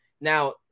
Now